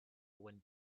when